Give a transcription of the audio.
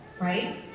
right